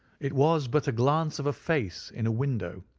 it was but a glance of a face in a window,